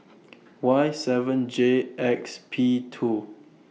Y seven J X P two